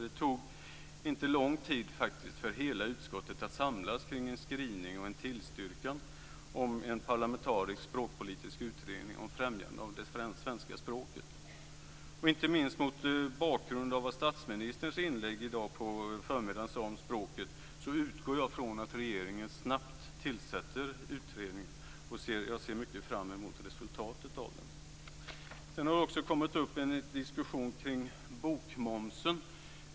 Det tog inte lång tid för hela utskottet att samlas kring en skrivning och en tillstyrkan om en parlamentarisk språkpolitisk utredning om främjande av det svenska språket. Inte minst mot bakgrund av vad statsministern sade i sitt inlägg i dag på förmiddagen om språket utgår jag från att regeringen snabbt tillsätter utredningen. Jag ser mycket fram mot resultatet av den. Det har också kommit upp en diskussion kring bokmomsen.